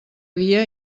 dia